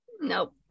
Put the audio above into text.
Nope